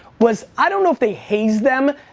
was i don't know if they haze them.